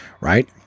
Right